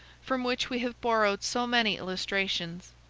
from which we have borrowed so many illustrations,